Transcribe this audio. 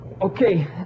Okay